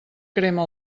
crema